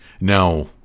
Now